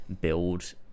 build